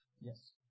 Yes